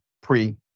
pre